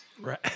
Right